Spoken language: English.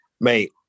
Mate